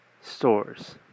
stores